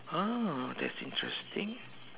ah that's interesting